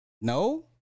No